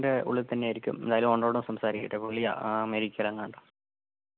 അതു വൺ ലാഖിന്റെ ഉള്ളിൽ തന്നെയായിരിക്കും എന്തായാലും ഓണറിനോടൊന്നു സംസാരിക്കട്ടെ പുള്ളി അമേരിക്കയിലെങ്ങാണ്ടാ